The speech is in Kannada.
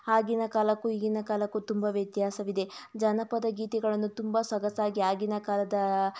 ಆಗಿನ ಕಾಲಕ್ಕೂ ಈಗಿನ ಕಾಲಕ್ಕೂ ತುಂಬ ವ್ಯತ್ಯಾಸವಿದೆ ಜನಪದ ಗೀತೆಗಳನ್ನು ತುಂಬ ಸೊಗಸಾಗಿ ಆಗಿನ ಕಾಲದ